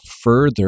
further